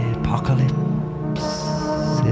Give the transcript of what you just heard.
apocalypse